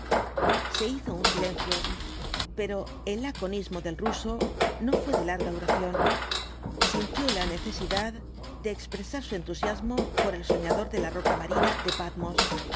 se hizo un silencio pero el laconismo del ruso no fué de larga duración sintió la necesidad de expresar su entusiasmo por el soñador de la roca marina de patmos